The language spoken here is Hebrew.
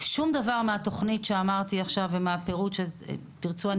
שום דבר מהתכנית שאמרתי עכשיו ומהפירוט אם תרצו אני